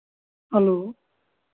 hello